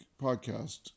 podcast